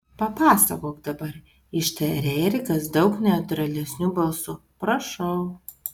papasakok dabar ištarė erikas daug neutralesniu balsu prašau